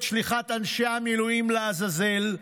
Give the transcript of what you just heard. את שליחת אנשי המילואים לעזאזל,